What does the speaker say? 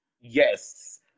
Yes